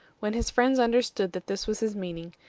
when his friends understood that this was his meaning,